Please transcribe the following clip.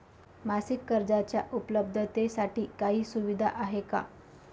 मासिक कर्जाच्या उपलब्धतेसाठी काही सुविधा आहे का?